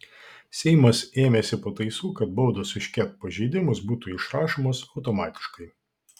seimas ėmėsi pataisų kad baudos už ket pažeidimus būtų išrašomos automatiškai